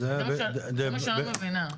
זה מה שאני לא מבינה.